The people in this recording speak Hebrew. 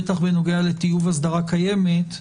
בטח בנוגע לטיוב אסדרה קיימת,